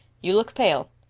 you look pale.